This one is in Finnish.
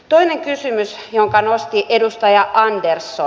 toinen kysymys jonka nosti edustaja andersson